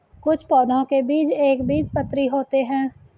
कुछ पौधों के बीज एक बीजपत्री होते है